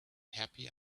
happy